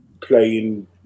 playing